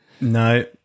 No